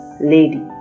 lady